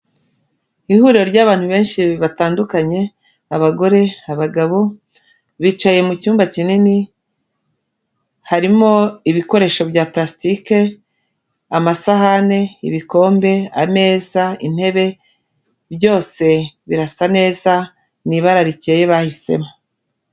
Ihuriro ry'abantu benshi batandukanye abagore, abagabo bicaye mu cyumba kinini, harimo ibikoresho bya pulasitike, amasahani, ibikombe, ameza, intebe byose birasa neza ni ibara rikeye bahisemo.